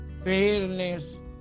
fairness